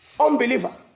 Unbeliever